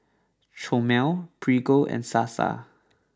Chomel Prego and Sasa